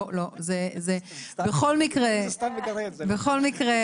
בכל מקרה